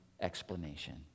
explanation